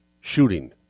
shooting